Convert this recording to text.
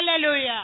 Hallelujah